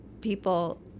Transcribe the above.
people